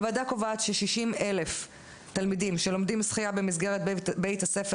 הוועדה קובעת ש-60,000 תלמידים שלומדים שחייה במסגרת בית הספר,